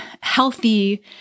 healthy